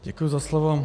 Děkuji za slovo.